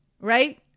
Right